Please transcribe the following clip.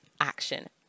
action